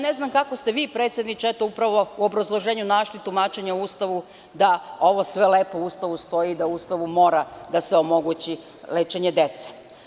Ne znam kako ste vi, predsedniče, upravo u obrazloženju našli tumačenje u Ustavu da ovo sve lepo u Ustavu stoji i da u Ustavu mora da se omogući lečenje dece.